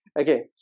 Okay